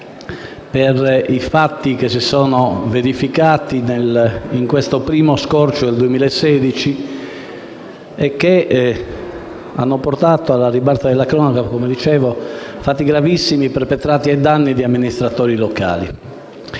per i fatti che si sono verificati in questo primo scorcio del 2016 e che hanno portato alla ribalta della cronaca - come dicevo - fatti gravissimi, perpetrati ai danni di amministratori locali.